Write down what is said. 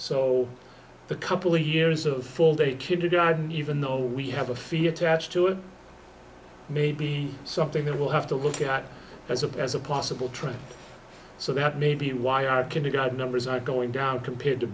so the couple of years of full day kindergarten even though we have a fear tach to it maybe something they will have to look at as a as a possible trend so that may be why i've kinda got numbers are going down compared to